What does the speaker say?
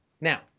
Now